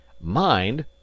Mind—